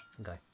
Okay